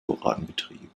vorangetrieben